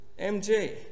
MJ